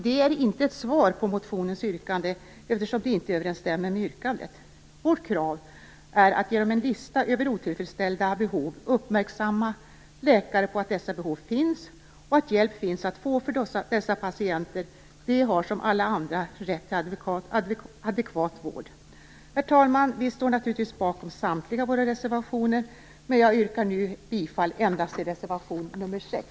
Detta är inte ett svar på motionens yrkande, eftersom det inte överensstämmer med yrkandet. Vårt krav är att genom en lista över otillfredsställda behov uppmärksamma läkare på att dessa behov finns och att hjälp finns att få för dessa patienter. De har som alla andra rätt till adekvat vård. Herr talman! Vi står naturligtvis bakom samtliga våra reservationer, men jag yrkar nu bifall endast till reservation 6.